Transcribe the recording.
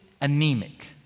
anemic